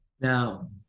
Now